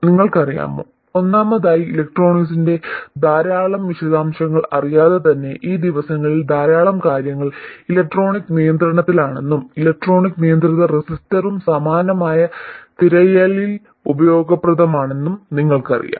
നിങ്ങൾക്കറിയാമോ ഒന്നാമതായി ഇലക്ട്രോണിക്സിന്റെ ധാരാളം വിശദാംശങ്ങൾ അറിയാതെ തന്നെ ഈ ദിവസങ്ങളിൽ ധാരാളം കാര്യങ്ങൾ ഇലക്ട്രോണിക് നിയന്ത്രണത്തിലാണെന്നും ഇലക്ട്രോണിക് നിയന്ത്രിത റെസിസ്റ്ററും സമാനമായ തിരയലിൽ ഉപയോഗപ്രദമാണെന്നും നിങ്ങൾക്കറിയാം